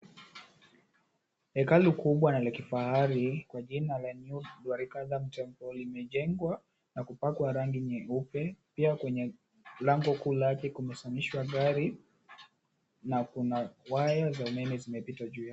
Hekalu kubwa na la kifahari kwa jina la New Dwarikadham Temple limejengwa na kupakwa rangi nyeupe, pia kwenye lango kuu lake kumesimamishwa gari na kuna waya za umeme zimepita juu yake.